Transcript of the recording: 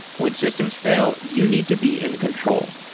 when systems fail, you need to be in control.